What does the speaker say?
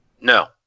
No